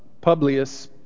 Publius